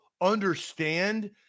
understand